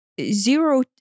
zero